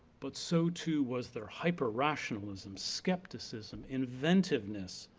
but so too was their hyper rationalism, skepticism, inventiveness,